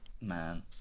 Man